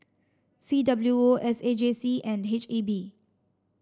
C W O S A J C and H E B